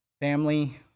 family